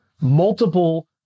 multiple